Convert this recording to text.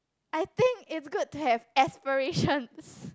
I think it's good to have aspirations